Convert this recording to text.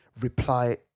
reply